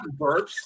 burps